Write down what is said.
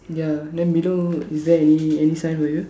ya then below is there any any sign for you